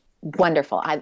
Wonderful